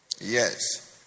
Yes